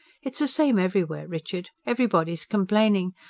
it's the same everywhere, richard. everybody's complaining.